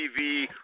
TV